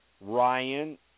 Ryan